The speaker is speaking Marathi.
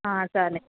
हां चालेल